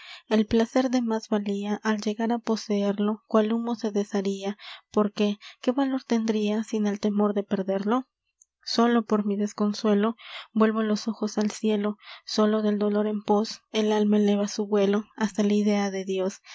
el placer de más valía al llegar á poseerlo cual humo se desharía porque qué valor tendria sin el temor de perderlo sólo por mi desconsuelo vuelvo los ojos al cielo sólo del dolor en pós el alma eleva su vuelo hasta la idea de dios